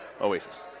Oasis